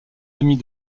amis